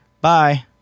Bye